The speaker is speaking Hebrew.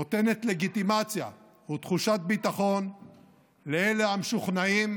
נותנת לגיטימציה ותחושת ביטחון לאלה המשוכנעים